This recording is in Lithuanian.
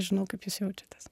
žinau kaip jūs jaučiatės